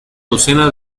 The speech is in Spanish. docena